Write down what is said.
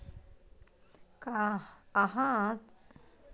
अहाँ सीधा शाखाक नाओ, इलाका या पताक पहिल किछ आखर सँ जाँच कए सकै छी